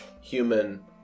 human